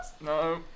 No